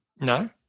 No